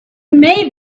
may